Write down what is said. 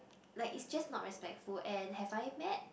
like is just not respectful and have I met